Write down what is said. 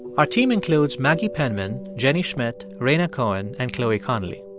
our team includes maggie penman, jenny schmidt, raina cohen and chloe connelly.